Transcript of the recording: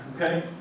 okay